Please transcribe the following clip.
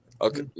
Okay